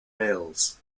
mills